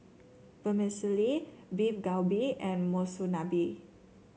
Vermicelli Beef Galbi and Monsunabe